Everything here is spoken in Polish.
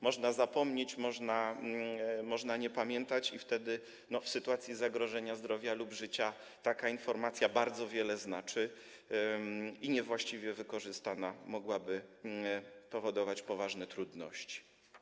Można zapomnieć, można nie pamiętać, a w sytuacji zagrożenia zdrowia lub życia taka informacja bardzo wiele znaczy, niewłaściwie wykorzystana mogłaby powodować poważne trudności.